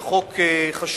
זה חוק חשוב,